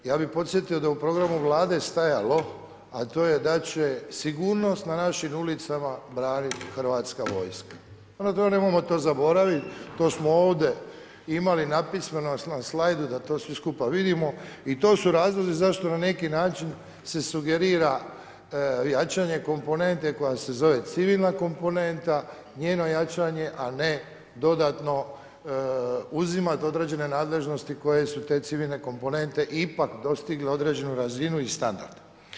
Ja bi podsjetio da u programu Vlade je stajalo a to je da će sigurnost na našim ulicama braniti hrvatska vojska, prema tome nemojmo to zaboraviti, to smo ovdje imali napismeno nasladu da to svi skupa vidimo i to su razlozi zašto na neki način se sugerira jačanje komponente koja se zove civilna komponenta, njeno jačanje a ne dodatno uzimati određene nadležnosti koje su te civilne komponente ipak dostigle određenu razinu i standard.